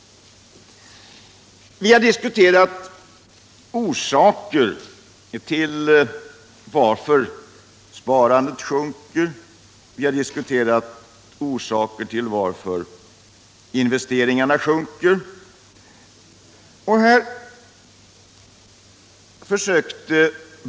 Vi har diskuterat olika orsaker till att sparandet och investeringarna sjunker.